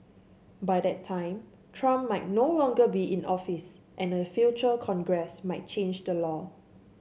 by that time Trump might no longer be in office and a future congress might change the law